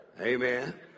Amen